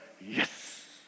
yes